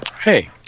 Hey